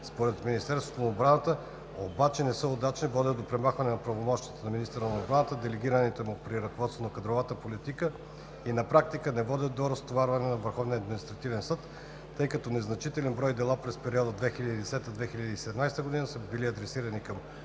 според Министерството на отбраната обаче не са удачни: водят до премахване на правомощията на министъра на отбраната, делегирани му при ръководството на кадровата политика и на практика не водят до разтоварване на Върховния административен съд, тъй като незначителен брой дела през периода 2010 – 2017 г. са били адресирани към